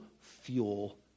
fuel